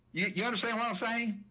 you yeah understand what i'm saying?